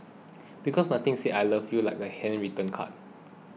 because nothing says I love you like a handwritten card